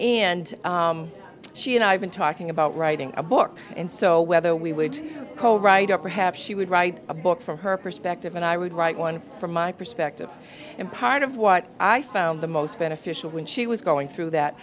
and she and i've been talking about writing a book and so whether we would call right or perhaps she would write a book from her perspective and i would write one from my perspective and part of what i found the most beneficial when she was going through that